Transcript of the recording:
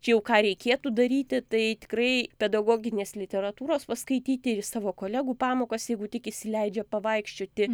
čia jau ką reikėtų daryti tai tikrai pedagoginės literatūros paskaityti į savo kolegų pamokas jeigu tik įsileidžia pavaikščioti